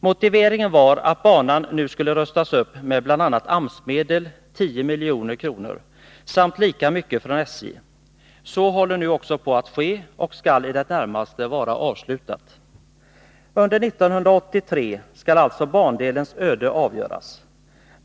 Motiveringen var att banan nu skulle rustas upp med bl.a. 10 milj.kr. från AMS samt lika mycket från SJ. Så håller nu också på att ske, och upprustningen skall i det närmaste vara avslutad. Under 1983 skall alltså bandelens öde avgöras.